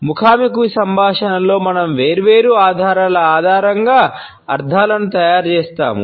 ముఖాముఖి సంభాషణలో మనం వేర్వేరు ఆధారాల ఆధారంగా అర్థాలను తయారు చేస్తాము